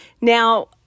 Now